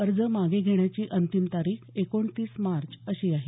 अर्ज मागे घेण्याची अंतिम तारीख एकोणतीस मार्च अशी आहे